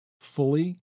fully